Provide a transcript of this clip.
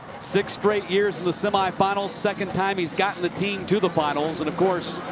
six straight years in the semifinals. second time he's gotten the team to the finals. and of course,